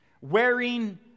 Wearing